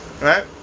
right